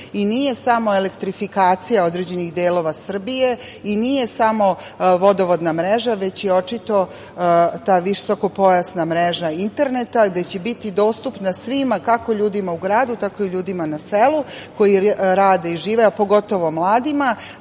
i nije samo elektrifikacija određenih delova Srbije i nije samo vodovodna mreža, već i očito ta visokopojasna mreža interneta, gde će biti dostupna svima, kako ljudima u gradu tako i ljudima na selu koji žive i rade, a pogotovo mladima,